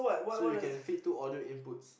so you can fit two audio inputs